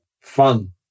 Fun